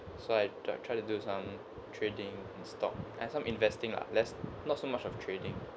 so I tr~ try to do some trading and stock and some investing lah less not so much of trading